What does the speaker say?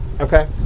Okay